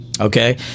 Okay